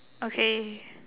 okay